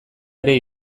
ere